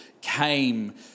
came